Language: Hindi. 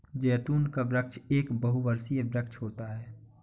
जैतून का वृक्ष एक बहुवर्षीय वृक्ष होता है